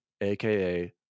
aka